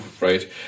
right